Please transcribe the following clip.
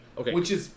Okay